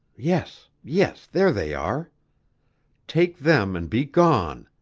yes, yes there they are take them and be gone.